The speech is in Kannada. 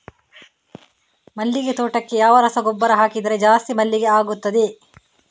ಮಲ್ಲಿಗೆ ತೋಟಕ್ಕೆ ಯಾವ ರಸಗೊಬ್ಬರ ಹಾಕಿದರೆ ಜಾಸ್ತಿ ಮಲ್ಲಿಗೆ ಆಗುತ್ತದೆ?